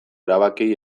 erabakiei